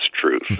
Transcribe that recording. truth